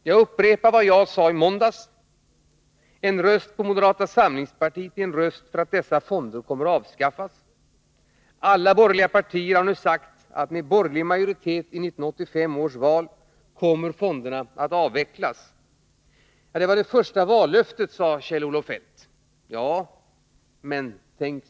Jag upprepar vad jag sade i måndags — en röst på moderata samlingspartiet är en röst för att dessa fonder kommer att avskaffas. Alla borgerliga partier har nu sagt att med borgerlig majoritet i 1985 års val kommer fonderna att avvecklas. Det var det första vallöftet, sade Kjell-Olof Feldt.